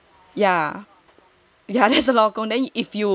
yeah that's a lot of 功